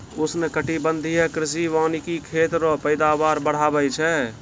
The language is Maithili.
उष्णकटिबंधीय कृषि वानिकी खेत रो पैदावार बढ़ाबै छै